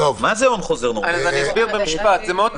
נית ההפעלה ויודיע לבית המשפט על כל שינוי או חריגה